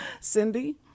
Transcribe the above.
Cindy